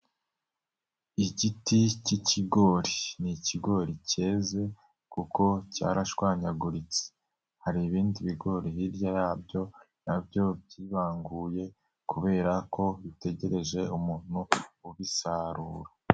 Igiti cy'ikigori, ni ikigori cyeze kuko cyarashwanyaguritse, hari ibindi bigori hirya yabyo na byo byibanguye kubera ko bitegereje umuntu ubisarura.